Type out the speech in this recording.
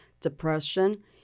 depression